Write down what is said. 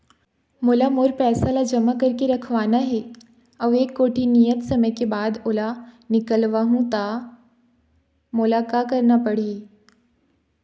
मोला मोर पैसा ला जमा करके रखवाना हे अऊ एक कोठी नियत समय के बाद ओला निकलवा हु ता मोला का करना पड़ही?